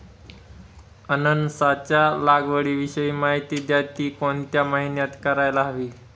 अननसाच्या लागवडीविषयी माहिती द्या, ति कोणत्या महिन्यात करायला हवी?